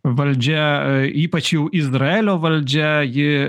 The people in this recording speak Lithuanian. valdžia ypač jau izraelio valdžia ji